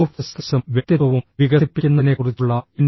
soft സ്കിൽസും വ്യക്തിത്വവും വികസിപ്പിക്കുന്നതിനെക്കുറിച്ചുള്ള എൻ